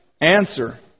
answer